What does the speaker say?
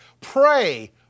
Pray